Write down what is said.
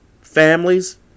families